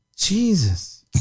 Jesus